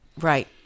Right